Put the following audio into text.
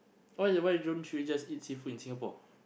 why you why don't you just eat seafood in Singapore